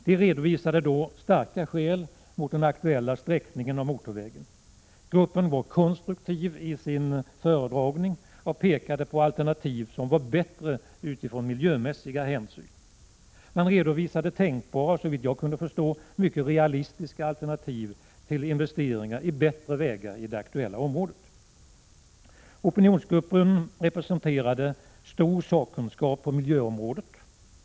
De redovisade då starka skäl mot den aktuella sträckningen av motorvägen. Gruppen var konstruktiv i sin föredragning och pekade på Prot. 1986/87:122 alternativ som av miljömässiga hänsyn var bättre. Man redovisade tänkbara — 13 maj 1987 och, såvitt jag kunde förstå, mycket realistiska alternativ till investeringar i bättre vägar i det aktuella området. Opinionsgruppen representerade stor sakkunskap på miljöområdet.